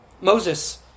Moses